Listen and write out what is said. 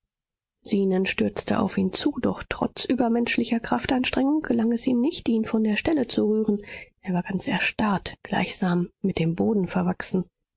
zenon stürzte auf ihn zu doch trotz übermenschlicher kraftanstrengung gelang es ihm nicht ihn von der stelle zu rühren er war ganz erstarrt gleichsam mit dem boden verwachsen